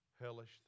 hellish